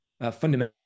fundamental